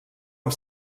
amb